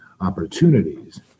opportunities